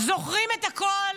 זוכרים את הכול.